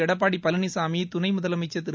எடப்பாடி பழனிசாமி துணை முதலமைச்சர் திரு